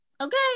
Okay